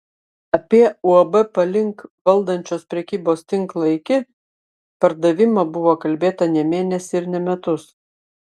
apie uab palink valdančios prekybos tinklą iki pardavimą buvo kalbėta ne mėnesį ir ne metus